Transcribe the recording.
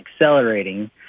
accelerating